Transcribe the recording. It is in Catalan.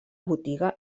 botiga